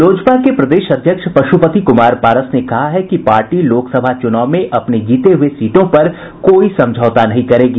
लोजपा के प्रदेश अध्यक्ष पशुपति कुमार पारस ने कहा है कि पार्टी लोकसभा चुनाव में अपने जीते हुए सीटों पर कोई समझौता नहीं करेगी